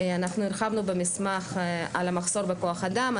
אנחנו הרחבנו במסמך על המחסור בכוח אדם.